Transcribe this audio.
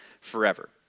forever